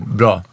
bra